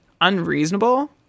unreasonable